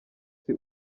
isi